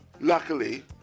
Luckily